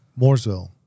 Mooresville